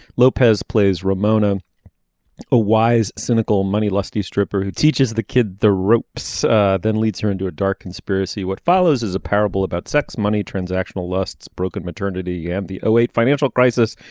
lopez plays ramona a wise cynical money lusty stripper who teaches the kid the ropes then leads her into a dark conspiracy what follows is a parable about sex money transactional lust broken maternity and the eight financial crisis.